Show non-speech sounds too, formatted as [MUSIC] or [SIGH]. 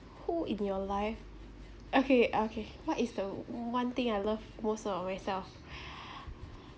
who in your life okay okay what is the o~ one thing I love most about myself [BREATH]